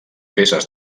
peces